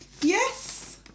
yes